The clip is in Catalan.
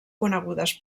conegudes